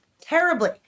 Terribly